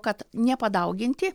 kad nepadauginti